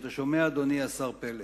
אתה שומע, אדוני השר פלד?